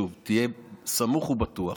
שוב: תהיה סמוך ובטוח,